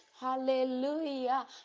hallelujah